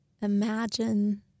imagine